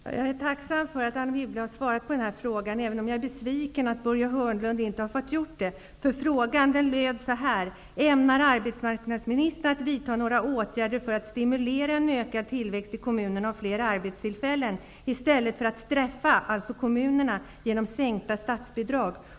Herr talman! Jag är tacksam för att Anne Wibble har besvarat denna fråga, även om jag är besviken över att inte Börje Hörnlund har fått göra det. Frågan löd: ''Ämnar arbetsmarknadsministern att vidtaga några åtgärder för att stimulera en ökad tillväxt i kommunerna och fler arbetstillfällen -- i stället för att straffa dem genom sänkta statsbidrag?''